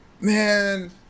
Man